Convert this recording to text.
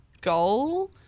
goal